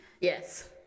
Yes